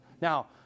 Now